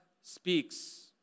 speaks